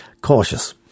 cautious